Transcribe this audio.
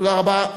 תודה רבה.